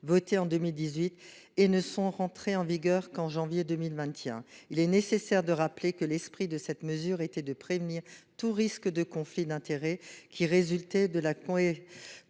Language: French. de 2018 qui ne sont entrées en vigueur qu'en janvier 2021. Il est nécessaire de rappeler que l'esprit de cette seconde mesure était de prévenir tout risque de conflit d'intérêts résultant de la